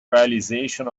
realization